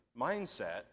mindset